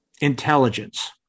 intelligence